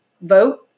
vote